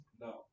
No